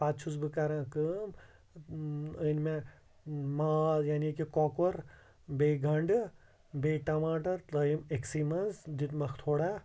پَتہٕ چھُس بہٕ کَران کٲم أنۍ مےٚ ماز یعنے کہِ کۄکُر بیٚیہِ گَنڈٕ بیٚیہِ ٹماٹَر لٲگِم أکسٕے مَنز دِیُت مَکھ تھوڑا